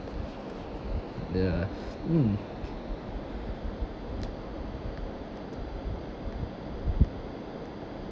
ya mm